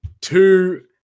two